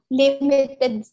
limited